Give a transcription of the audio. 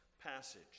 Passage